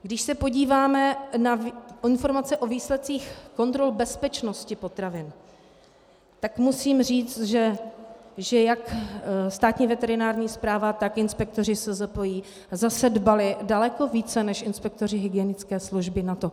Když se podíváme na informace o výsledcích kontrol bezpečnosti potravin, tak musím říct, že jak Státní veterinární správa, tak inspektoři SZPI zase dbali daleko více než inspektoři hygienické služby na to.